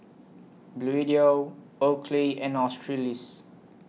Bluedio Oakley and Australis